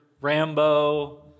Rambo